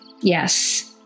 yes